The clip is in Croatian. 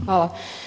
Hvala.